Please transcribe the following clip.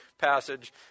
passage